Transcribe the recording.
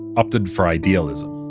opted for idealism